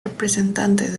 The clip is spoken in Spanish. representantes